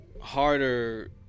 Harder